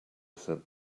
said